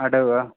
അടവോ